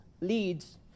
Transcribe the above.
leads